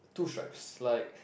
two stripes like